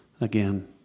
again